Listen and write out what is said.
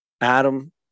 Adam